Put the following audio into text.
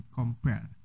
compare